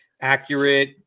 accurate